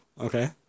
Okay